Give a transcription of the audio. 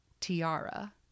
Tiara